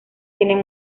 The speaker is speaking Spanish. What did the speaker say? tienen